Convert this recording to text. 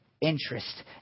interest